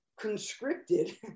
conscripted